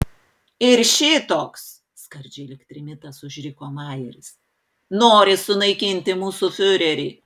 ir šitoks skardžiai lyg trimitas užriko majeris nori sunaikinti mūsų fiurerį